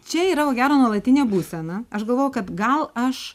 čia yra ko gero nuolatinė būsena aš galvoju kad gal aš